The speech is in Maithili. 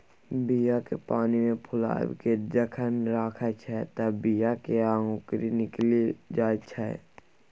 बीया केँ पानिमे फुलाए केँ जखन राखै छै तए बीया मे औंकरी निकलि जाइत छै